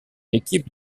équipe